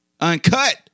Uncut